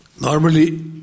normally